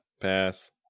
Pass